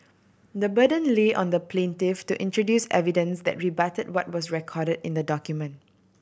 the burden lay on the plaintiff to introduce evidence that rebutted what was recorded in the document